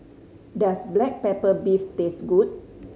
does black pepper beef taste good